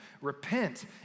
Repent